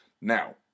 Now